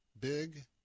big